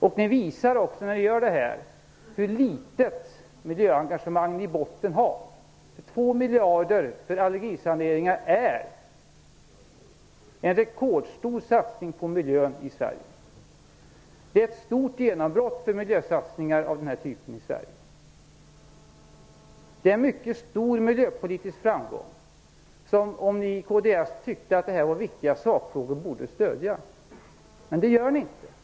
När ni gör så här visar ni också hur litet miljöengagemang ni har i botten. 2 miljarder för allergisaneringar innebär en rekordstor satsning på miljön i Sverige. Det är ett stort genombrott för miljösatsningar av den här typen. Det är en mycket stor miljöpolitisk framgång som ni i kds borde stödja om ni anser att detta är viktiga sakfrågor. Men det gör ni inte.